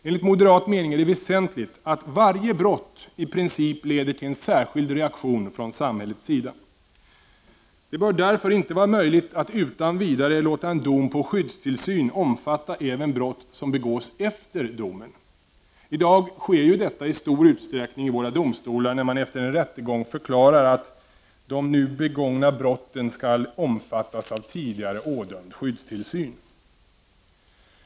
Enligt moderat mening är det väsentligt att varje brott i princip leder till en särskild reaktion från samhällets sida. Det bör därför inte vara möjligt att utan vidare låta en dom på skyddstillsyn omfatta även brott som begås efter domen. I dag sker ju detta i stor utsträckning i våra domstolar, när man efter en rättegång förklarar att ”de nu begångna brotten skall omfattas av tidigare ådömd skyddstillsyn”.